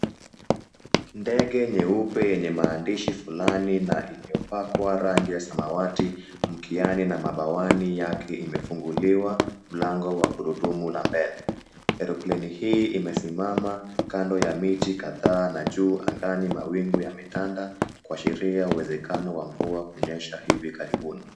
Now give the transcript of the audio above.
Ndege nyeupe yenye maandishi fulani na iliyopakwa rangi ya samawati mkiani na mabawani yake imefunguliwa mlango wa gurudumu la mbele. Aeroplane hii imesimama kando ya miti kadhaa na juu angani mawingu yametanda kuashiria uwezekano wa mvua kunyesha hivi karibuni.